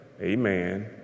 Amen